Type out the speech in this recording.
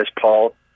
paul